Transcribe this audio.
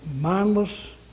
mindless